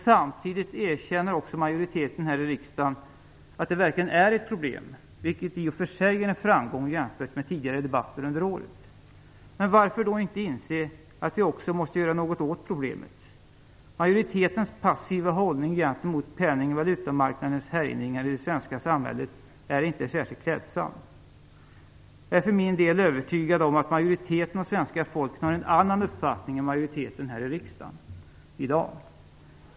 Samtidigt erkänner dock majoriteten här i riksdagen att det verkligen är ett problem, vilket i och för sig är en framgång jämfört med tidigare debatter under året. Men varför då inte inse att vi också måste göra något åt problemet? Majoritetens passiva hållning gentemot penning och valutamarknadens härjningar i det svenska samhället är inte särskilt klädsam. Jag är för min del övertygad om att majoriteten av svenska folket har en annan uppfattning än majoriteten här i riksdagen i dag.